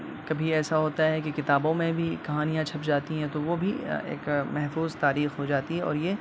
کبھی ایسا ہوتا ہے کہ کتابوں میں بھی کہانیاں چھپ جاتی ہیں تو وہ بھی ایک محفوظ تاریخ ہو جاتی ہے اور یہ